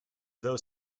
though